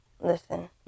Listen